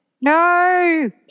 No